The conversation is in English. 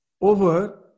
over